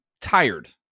tired